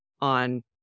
on